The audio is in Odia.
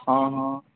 ହଁ ହଁ